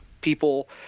people –